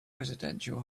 residential